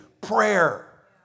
prayer